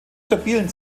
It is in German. stabilen